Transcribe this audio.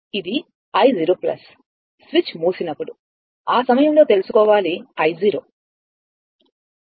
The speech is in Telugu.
ఇది i 0 స్విచ్ మూసినప్పుడు ఆ సమయంలో తెలుసుకోవాలి i